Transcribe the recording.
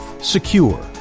secure